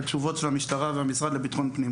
על תשובות של המשטרה והמשרד לביטחון הפנים.